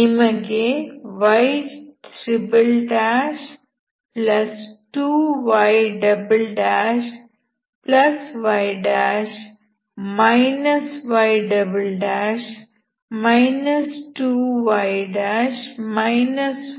ನಿಮಗೆ y2yy y